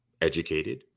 educated